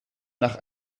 nach